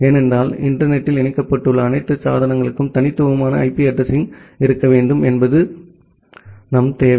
ஏனென்றால் இன்டர்நெட் த்தில் இணைக்கப்பட்டுள்ள அனைத்து சாதனங்களுக்கும் தனித்துவமான ஐபி அட்ரஸிங் இருக்க வேண்டும் என்பதே எங்கள் தேவை